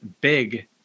big